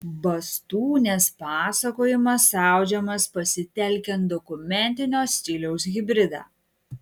bastūnės pasakojimas audžiamas pasitelkiant dokumentinio stiliaus hibridą